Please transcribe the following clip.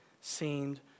seemed